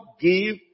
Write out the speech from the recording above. Give